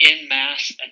in-mass